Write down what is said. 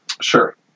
sure